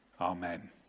Amen